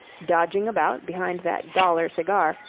dodging about behind that dollar cigar,